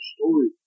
story